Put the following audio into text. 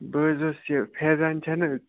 بہٕ حظ اوسُس یہِ فیضان چھَنہٕ حظ